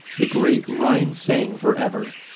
the great rhine sang for ever,